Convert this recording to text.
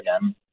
again